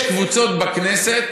יש קבוצות בכנסת